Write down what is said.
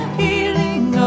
healing